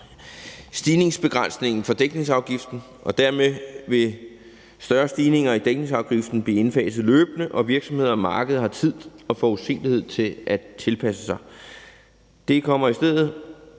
stigningsbegrænsningen for dækningsafgiften. Dermed vil større stigninger i dækningsafgiften blive indfaset løbende, og virksomheder og markeder har tid og forudsigelighed til at tilpasse sig. Det kommer i stedet